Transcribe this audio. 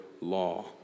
law